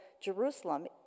Jerusalem